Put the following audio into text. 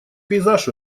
пейзаж